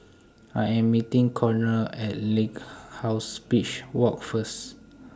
I Am meeting Konner At Lighthouse Beach Walk First